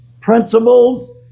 principles